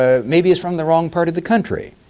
ah maybe he's from the wrong part of the country.